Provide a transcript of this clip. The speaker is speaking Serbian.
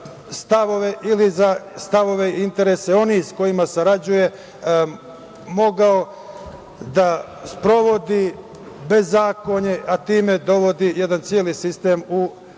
stavove ili za stavove i interese onih sa kojima sarađuje mogao da sprovodi bezakonje, a time dovodi jedan celi sistem u